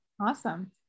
Awesome